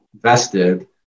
vested